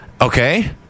okay